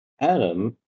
Adam